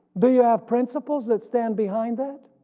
do you have principles that stand behind that?